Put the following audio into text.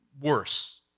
worse